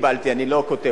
אני לא כותב אותה,